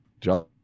John